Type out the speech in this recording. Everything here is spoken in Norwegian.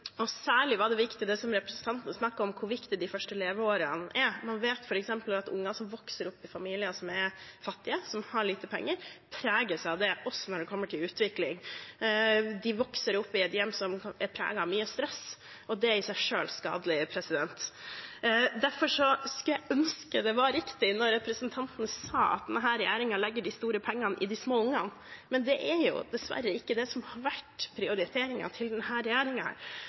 Særlig var det representanten snakket om når det gjelder hvor viktig de første leveårene er, viktig. Man vet f.eks. at unger som vokser opp i familier som er fattige, som har lite penger, preges av det også når det kommer til utvikling. De vokser opp i et hjem som er preget av mye stress, og det er i seg selv skadelig. Derfor skulle jeg ønske det var riktig når representanten sier at denne regjeringen legger de store pengene i de små ungene. Men det er dessverre ikke det som har vært prioriteringen til